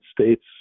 States